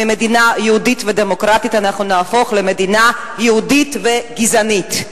ממדינה יהודית ודמוקרטית אנחנו נהפוך למדינה יהודית וגזענית.